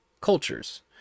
cultures